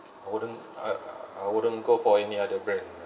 I wouldn't I I wouldn't go for any other brand lah